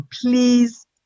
please